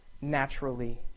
naturally